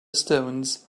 stones